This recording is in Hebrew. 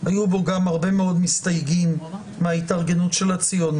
שהיו בו גם הרבה מאוד מסתייגים מההתארגנות של הציונות,